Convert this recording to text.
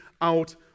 out